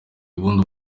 ubundi